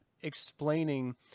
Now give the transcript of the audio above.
explaining